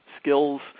skills